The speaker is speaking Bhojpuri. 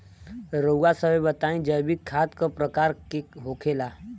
रउआ सभे बताई जैविक खाद क प्रकार के होखेला?